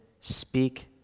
speak